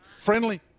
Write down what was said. friendly